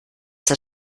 der